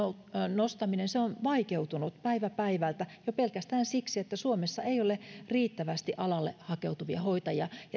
nostaminen on vaikeutunut päivä päivältä jo pelkästään siksi että suomessa ei ole riittävästi alalle hakeutuvia hoitajia